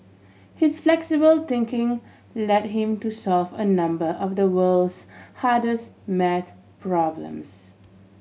his flexible thinking led him to solve a number of the world's hardest maths problems